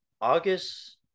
August